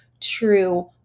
true